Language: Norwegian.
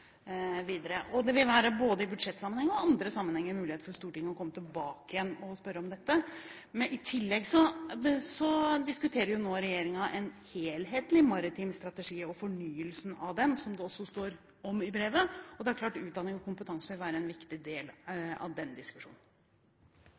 videre. Det vil både i budsjettsammenheng og i andre sammenhenger være mulig for Stortinget å komme tilbake igjen og spørre om dette. I tillegg diskuterer nå regjeringen en helhetlig maritim strategi og fornyelsen av den, som det også står om i brevet, og det er klart at utdanning og kompetanse vil være en viktig del